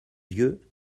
yeux